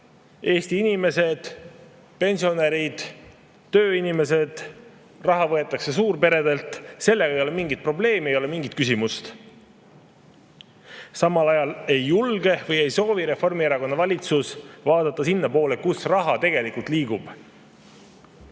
Eesti inimesed, pensionärid, tööinimesed, raha võetakse suurperedelt. Sellega ei ole mingeid probleeme, ei ole mingit küsimust. Samal ajal ei julge või ei soovi Reformierakonna valitsus vaadata sinnapoole, kus raha tegelikult liigub.